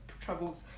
troubles